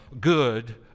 good